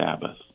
Sabbath